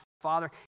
Father